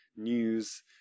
news